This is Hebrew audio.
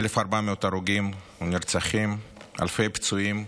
1,400 הרוגים ונרצחים, אלפי פצועים.